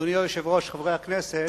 אדוני היושב-ראש, חברי הכנסת,